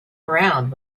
around